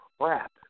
crap